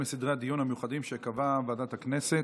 לסדרי הדיון המיוחדים שקבעה ועדת הכנסת.